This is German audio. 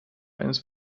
eines